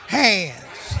hands